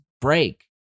break